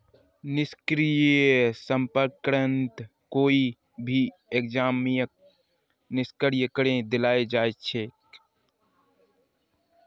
निष्क्रिय प्रसंस्करणत कोई भी एंजाइमक निष्क्रिय करे दियाल जा छेक